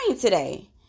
today